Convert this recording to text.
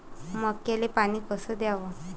मक्याले पानी कस द्याव?